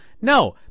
No